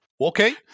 Okay